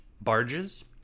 barges